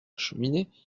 cheminée